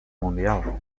mundial